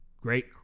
great